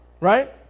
Right